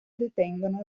detengono